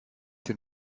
den